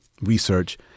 research